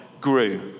grew